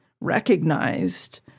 recognized